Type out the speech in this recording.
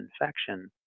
infection